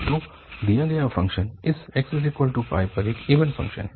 तो दिया गया फ़ंक्शन इस x पर एक इवन फ़ंक्शन है